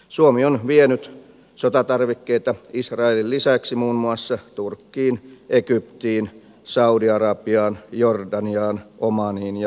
suomi on vienyt sotatarvikkeita israelin lisäksi muun muassa turkkiin egyptiin saudi arabiaan jordaniaan omaniin ja bahrainiin